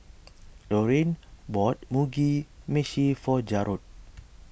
Laurine bought Mugi Meshi for Jarod